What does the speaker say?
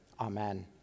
amen